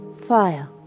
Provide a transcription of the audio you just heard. Fire